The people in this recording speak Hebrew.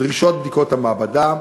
דרישות בדיקת מעבדה,